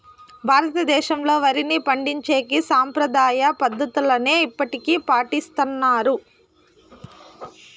భారతదేశంలో, వరిని పండించేకి సాంప్రదాయ పద్ధతులనే ఇప్పటికీ పాటిస్తన్నారు